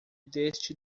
deste